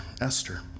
Esther